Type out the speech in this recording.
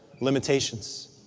limitations